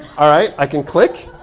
all right, i can click.